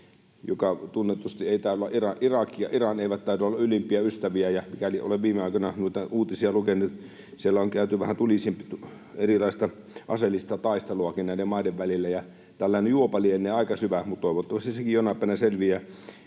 ja tunnetusti eivät taida olla Irak ja Iran ylimpiä ystäviä, ja kuten olen viime aikoina noita uutisia lukenut, siellä on käyty erilaista aseellista taisteluakin näiden maiden välillä. Tällainen juopa lienee aika syvä, mutta toivottavasti sekin jonain päivänä selviää.